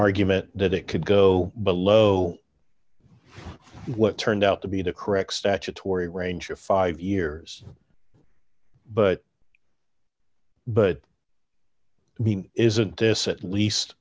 argument that it could go below what turned out to be the correct statutory range of five years but but isn't this at